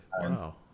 Wow